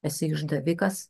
esi išdavikas